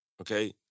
okay